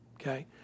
Okay